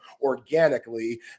organically